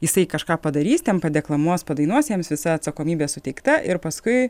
jisai kažką padarys ten padeklamuos padainuos jiems visa atsakomybė suteikta ir paskui